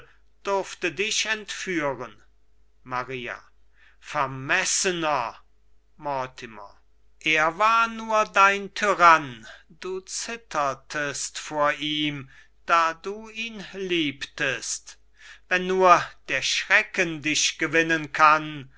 durfte dich entführen maria vermessener mortimer er war nur dein tyrann du zittertest vor ihm da du ihn liebtest wenn nur der schrecken dich gewinnen kann